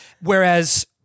Whereas